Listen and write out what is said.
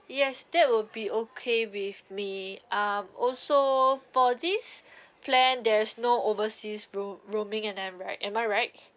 yes that will be okay with me um also for this plan there is no overseas roa~ roaming and I'm right am I right